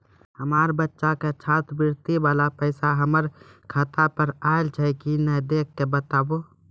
हमार बच्चा के छात्रवृत्ति वाला पैसा हमर खाता पर आयल छै कि नैय देख के बताबू?